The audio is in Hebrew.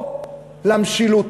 או למשילות,